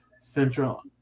Central